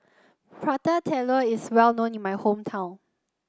Prata Telur is well known in my hometown